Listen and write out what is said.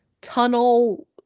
tunnel